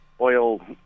oil